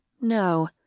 no